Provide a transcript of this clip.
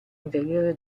anteriore